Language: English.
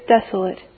desolate